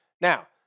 Now